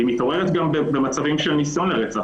והיא מתעוררת גם במצבים של ניסיון לרצח,